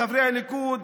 חברי הליכוד,